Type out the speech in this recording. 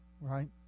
right